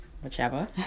whichever